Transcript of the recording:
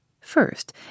first